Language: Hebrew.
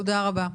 תודה רבה.